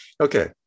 Okay